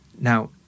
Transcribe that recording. Now